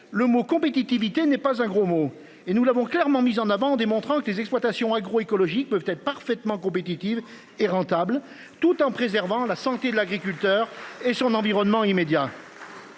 Le mot compétitivité n'est pas un gros mot et nous l'avons clairement mise en avant en démontrant que les exploitations agro-écologiques peuvent être parfaitement compétitive et rentable, tout en préservant la santé de l'agriculteur et son environnement immédiat.